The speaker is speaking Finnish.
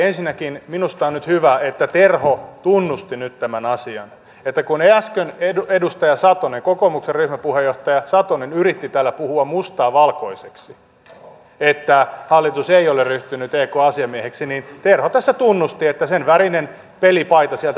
ensinnäkin minusta on hyvä että terho tunnusti nyt tämän asian että kun äsken edustaja satonen kokoomuksen ryhmäpuheenjohtaja satonen yritti täällä puhua mustaa valkoiseksi että hallitus ei ole ryhtynyt ekn asiamieheksi niin terho tässä tunnusti että sen värinen pelipaita sieltä pukukopista löytyy